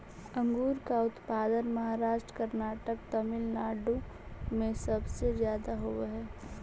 अंगूर का उत्पादन महाराष्ट्र, कर्नाटक, तमिलनाडु में सबसे ज्यादा होवअ हई